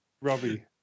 Robbie